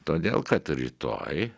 todėl kad rytoj